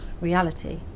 reality